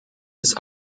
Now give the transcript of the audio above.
ist